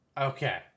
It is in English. Okay